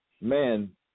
man